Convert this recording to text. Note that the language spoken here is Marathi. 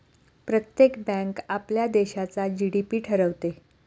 प्रत्येक बँक आपल्या देशाचा जी.डी.पी ठरवते